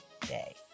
day